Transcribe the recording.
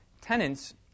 tenants